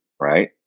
right